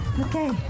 Okay